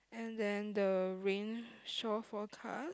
and then the rain shore forecast